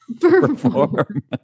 perform